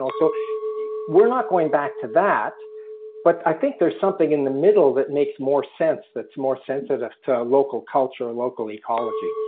so we're not going back to that but i think there is something in the middle that makes more sense, that's more sensitive to local culture, local ecology.